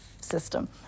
system